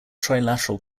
trilateral